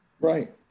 Right